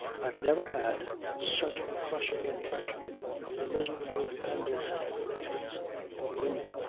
i've never had such a crushing impression of the miserable dependence of girls of women.